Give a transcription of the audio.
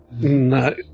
No